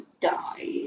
die